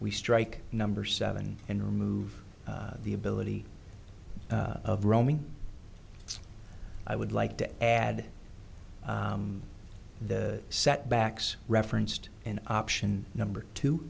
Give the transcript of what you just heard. we strike number seven and remove the ability of roaming i would like to add the set backs referenced in option number two